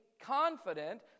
confident